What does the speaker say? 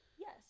Yes